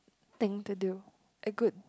thing to do a good